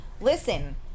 listen